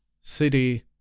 city